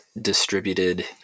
distributed